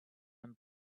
and